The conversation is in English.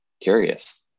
curious